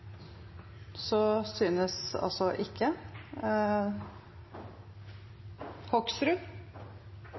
Så synes ikke.